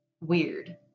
weird